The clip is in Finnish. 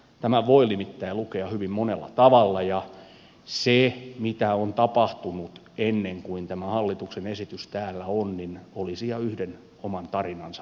tämän voi nimittäin lukea hyvin monella tavalla ja se mitä on tapahtunut ennen kuin tämä hallituksen esitys täällä on olisi ihan oman tarinansa väärtti